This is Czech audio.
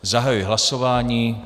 Zahajuji hlasování.